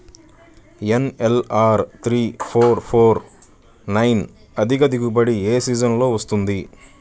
NLR three four four four nine అధిక దిగుబడి ఏ సీజన్లలో వస్తుంది?